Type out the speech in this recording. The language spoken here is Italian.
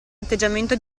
atteggiamento